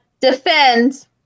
defend